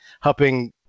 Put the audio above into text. helping